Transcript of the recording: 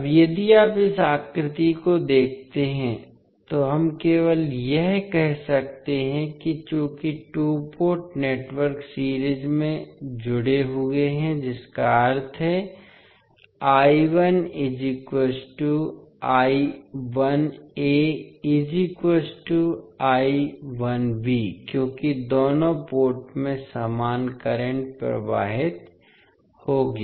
अब यदि आप इस आकृति को देखते हैं तो हम केवल यह कह सकते हैं कि चूंकि टू पोर्ट नेटवर्क सीरीज में जुड़े हुए हैं जिसका अर्थ है क्योंकि दोनों पोर्ट में समान करंट प्रवाहित होगी